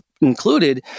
included